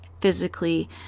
physically